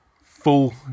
full